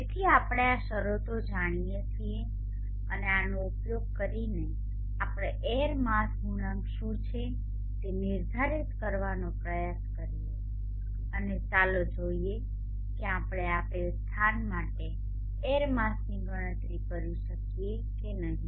તેથી આપણે આ શરતો જાણીએ છીએ અને આનો ઉપયોગ કરીને આપણે એર માસ ગુણાંક શું છે તે નિર્ધારિત કરવાનો પ્રયાસ કરીએ અને ચાલો જોઈએ કે આપણે આપેલ સ્થાન માટે એર માસની ગણતરી કરી શકીએ કે નહીં